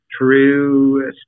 true